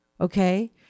okay